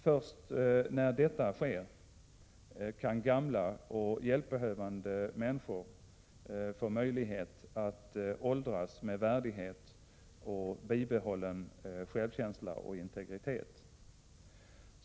Först när detta sker kan gamla och hjälpbehövande människor få möjlighet att åldras med värdighet och bibehållen självkänsla och integritet.